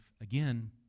Again